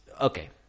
Okay